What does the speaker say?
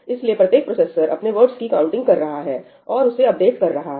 इसलिए प्रत्येक प्रोसेसर अपने वर्ड्स की काउंटिंग कर रहा है और उसे अपडेट कर रहा है